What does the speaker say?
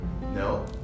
No